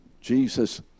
Jesus